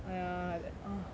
!aiya! uh